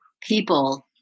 people